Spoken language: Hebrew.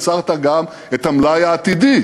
עצרת גם את המלאי העתידי,